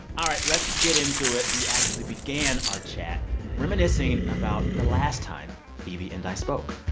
all right. let's get into it. we actually began our chat reminiscing about the last time phoebe and i spoke